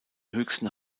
höchsten